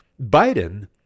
Biden